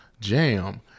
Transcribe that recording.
jam